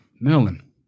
Merlin